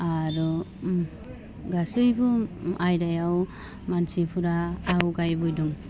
आरो गासैबो आयदायाव मानसिफ्रा आवगायबाय दं